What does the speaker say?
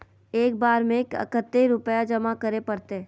एक बार में कते रुपया जमा करे परते?